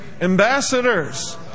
Ambassadors